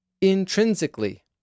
intrinsically